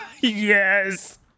Yes